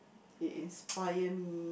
it inspire me